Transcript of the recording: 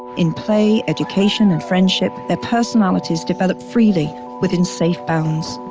in play, education and friendship, their personalities develop freely within safe bounds.